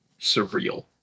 surreal